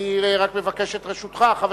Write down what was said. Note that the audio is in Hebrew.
אני רק מבקש את רשותך,